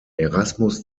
erasmus